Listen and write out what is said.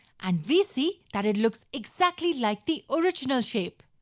and we see that it looks exactly like the original shape.